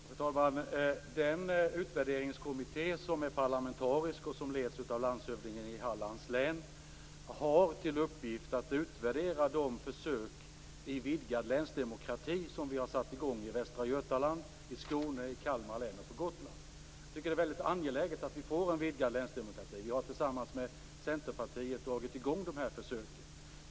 Fru talman! Den utvärderingskommitté som är parlamentarisk och som leds av landshövdingen i Hallands län har till uppgift att utvärdera de försök i vidgad länsdemokrati som vi har satt i gång i Västra Jag tycker att det är väldigt angeläget att vi får en vidgad länsdemokrati. Vi har tillsammans med Centerpartiet dragit i gång dessa försök.